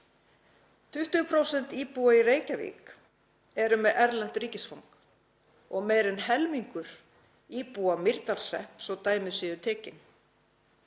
20% íbúa í Reykjavík eru með erlent ríkisfang og meira en helmingur íbúa Mýrdalshrepps, svo að dæmi séu tekin.